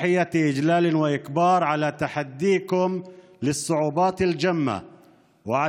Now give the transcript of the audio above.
ברצוני להביע לפניכם את הערצתי לכם על עמידתכם בקשיים העצומים ועל